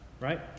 right